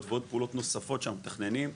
ועוד פעולות נוספות שאנחנו מתכננים,